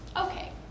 okay